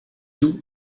two